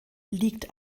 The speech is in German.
liegt